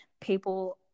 People